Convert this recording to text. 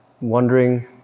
wondering